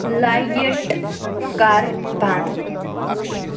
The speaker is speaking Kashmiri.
لایٹ کر بند